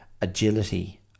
agility